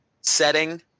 setting